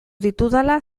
ditudala